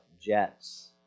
jets